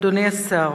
אדוני השר,